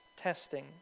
testing